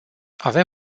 avem